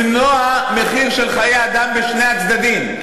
למנוע מחיר של חיי אדם בשני הצדדים.